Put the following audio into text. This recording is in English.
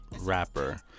rapper